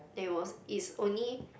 then it was it's only